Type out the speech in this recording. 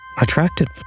Attracted